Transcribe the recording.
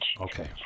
Okay